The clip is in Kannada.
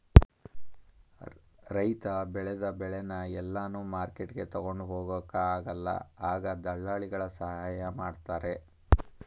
ರೈತ ಬೆಳೆದ ಬೆಳೆನ ಎಲ್ಲಾನು ಮಾರ್ಕೆಟ್ಗೆ ತಗೊಂಡ್ ಹೋಗೊಕ ಆಗಲ್ಲ ಆಗ ದಳ್ಳಾಲಿಗಳ ಸಹಾಯ ಮಾಡ್ತಾರೆ